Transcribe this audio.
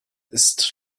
ist